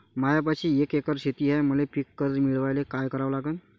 मायापाशी एक एकर शेत हाये, मले पीककर्ज मिळायले काय करावं लागन?